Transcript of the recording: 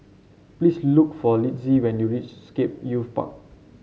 please look for Litzy when you reach Scape Youth Park